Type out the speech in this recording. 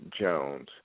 Jones